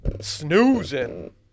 Snoozing